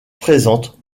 présente